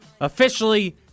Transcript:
officially